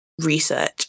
research